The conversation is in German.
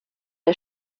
der